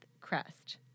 Crest